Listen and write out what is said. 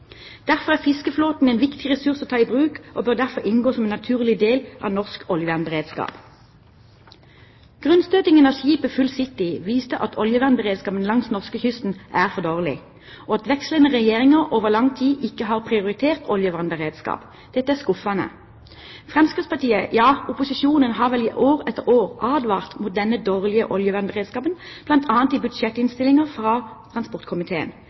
Derfor er fiskeflåten en viktig ressurs å ta i bruk og bør derfor inngå som en naturlig del av norsk oljevernberedskap. Grunnstøtingen av skipet «Full City» viste at oljevernberedskapen langs norskekysten er for dårlig, og at vekslende regjeringer over lang tid ikke har prioritert oljevernberedskap. Dette er skuffende. Fremskrittspartiet – ja, opposisjonen – har i år etter år, bl.a. i budsjettinnstillinger fra transportkomiteen, advart mot den dårlige oljevernberedskapen,